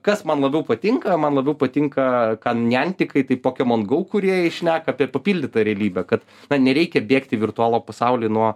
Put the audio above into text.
kas man labiau patinka man labiau patinka ką ne antikai tai pokemon gau kūrėjai šneka apie papildytą realybę kad na nereikia bėgt į virtualų pasaulį nuo